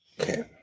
Okay